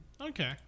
Okay